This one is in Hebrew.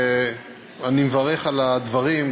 אני מברך על הדברים,